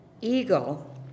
eagle